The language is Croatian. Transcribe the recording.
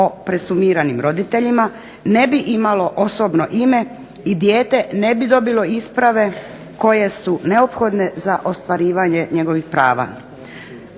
u presumiranih roditelja, ne bi imalo osobno ime i dijete ne bi dobile isprave koje su neophodne za ostvarivanje njihovih prava.